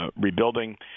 rebuilding